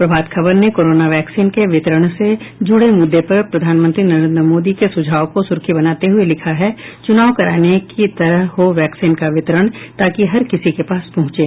प्रभात खबर ने corona vaccine के वितरण से जुड़े मुद्दे पर प्रधानमंत्री नरेंद्र मोदी के सुझाव को सुर्खी बनाते हुये लिखा है चुनाव कराने की तरह हो वैक्सीन का वितरण ताकि हर किसी के पास पहुंचे